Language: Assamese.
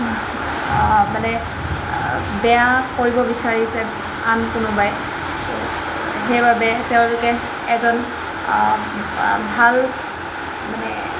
মানে বেয়া কৰিব বিচাৰিছে আন কোনোবাই সেইবাবে তেওঁলোকে এজন ভাল মানে